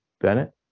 Bennett